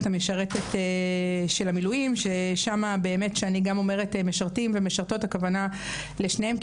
המשרתת של המילואים ששם באמת אני אומרת- משרתים ומשרתות הכוונה לשניהם,